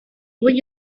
would